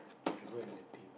haven't and nothing